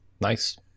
nice